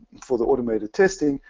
for the automated testing,